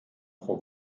pro